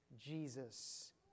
Jesus